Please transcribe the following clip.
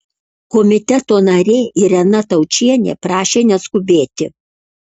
komiteto narė irena taučienė prašė neskubėti